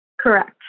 Correct